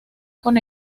con